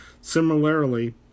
Similarly